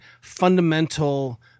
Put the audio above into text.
fundamental